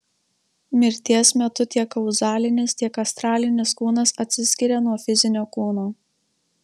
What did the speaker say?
mirties metu tiek kauzalinis tiek astralinis kūnas atsiskiria nuo fizinio kūno